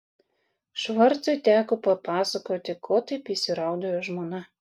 švarcui teko papasakoti ko taip įsiraudojo žmona